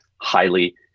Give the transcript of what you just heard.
highly